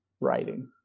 writing